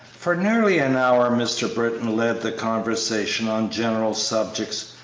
for nearly an hour mr. britton led the conversation on general subjects,